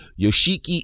Yoshiki